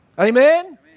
Amen